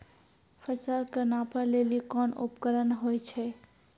फसल कऽ नापै लेली कोन उपकरण होय छै?